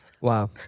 Wow